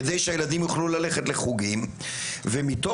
כדי שהילדים יוכלו ללכת לחוגים ומתוך